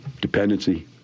Dependency